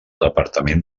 departament